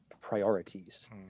priorities